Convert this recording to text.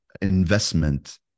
investment